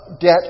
debt